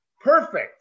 Perfect